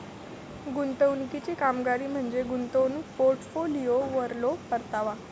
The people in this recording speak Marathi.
गुंतवणुकीची कामगिरी म्हणजे गुंतवणूक पोर्टफोलिओवरलो परतावा